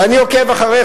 ואני עוקב אחריך,